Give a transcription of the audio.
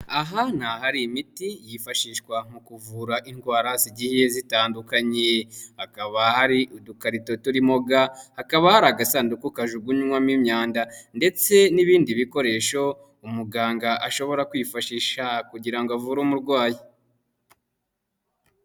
Aha hari imiti yifashishwa mu kuvura indwara zigiye zitandukanye, hakaba hari udukarito turimo Ga, hakaba hari agasanduku kajugunywamo imyanda ndetse n'ibindi bikoresho umuganga ashobora kwifashi kugira avure umurwayi.